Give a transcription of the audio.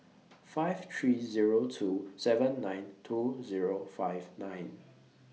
five three Zero two seven nine two Zero five nine